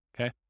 okay